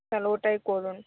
তাহলে ওটাই করুন